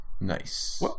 Nice